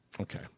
okay